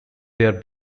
their